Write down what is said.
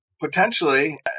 potentially